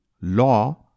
law